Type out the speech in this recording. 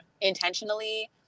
intentionally